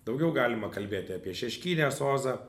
daugiau galima kalbėti apie šeškinės ozą